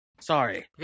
Sorry